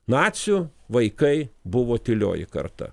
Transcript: nacių vaikai buvo tylioji karta